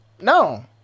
No